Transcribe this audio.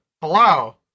Hello